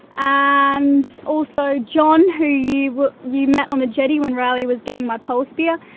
and also john, who you you met on the jetty when riley was getting my pole spear,